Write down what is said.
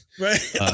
Right